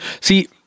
see